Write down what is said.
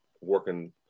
working